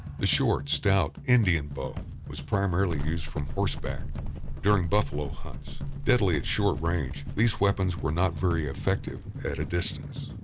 the short, stout indian bow was primarily used from horseback during buffalo hunts. deadly at short range, these weapons were not very effective at a distance.